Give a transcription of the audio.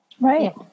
Right